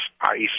ice